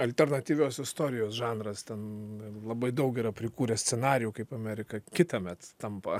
alternatyvios istorijos žanras ten labai daug yra prikūrę scenarijų kaip amerika kitąmet tampa